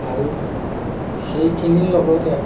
আৰু সেইখিনিৰ লগতে